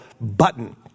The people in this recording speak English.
button